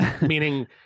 meaning